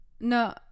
no